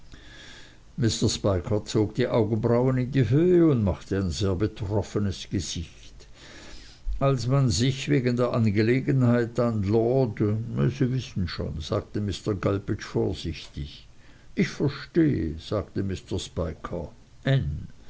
die augenbrauen in die höhe und machte ein sehr betroffenes gesicht als man sich wegen der angelegenheit an lord sie wissen schon sagte mr gulpidge vorsichtig ich verstehe sagte mr